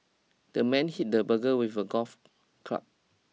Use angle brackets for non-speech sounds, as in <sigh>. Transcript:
the man hit the burglar with a golf <noise> club